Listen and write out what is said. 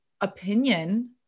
opinion